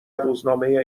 روزنامه